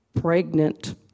pregnant